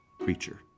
creature